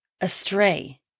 astray